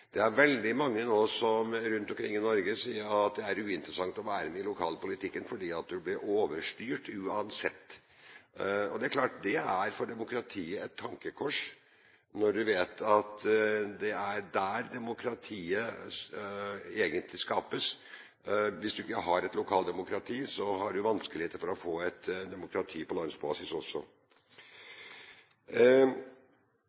Det er veldig mange nå rundt omkring i Norge som sier at det er uinteressant å være med i lokalpolitikken fordi du blir overstyrt uansett. Det er klart at for demokratiet er det et tankekors når du vet at det er der demokratiet egentlig skapes. Hvis du ikke har et lokaldemokrati, har du vanskeligheter med å få et demokrati på landsbasis også.